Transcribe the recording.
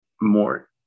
more